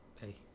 Hey